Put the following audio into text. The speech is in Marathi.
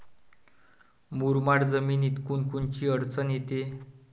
मुरमाड जमीनीत कोनकोनची अडचन येते?